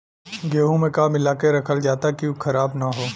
गेहूँ में का मिलाके रखल जाता कि उ खराब न हो?